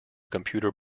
computer